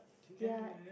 ya